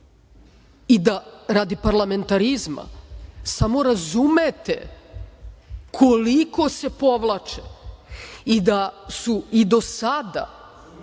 Radi parlamentarizma, samo da razumete koliko se povlače i da su i do sada,